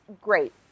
Great